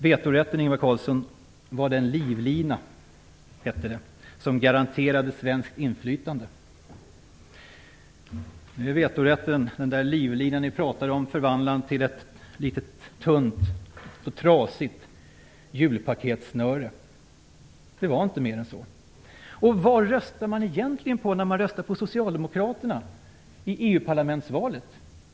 Vetorätten, Ingvar Carlsson, var den livlina som garanterade svenskt inflytande, hette det. Nu är vetorätten, den där livlinan ni pratade om, förvandlad till ett litet tunt och trasigt julpaketssnöre. Det var inte mer än så. Vad röstar man egentligen på när man röstar på Socialdemokraterna i EU-parlamentsvalet?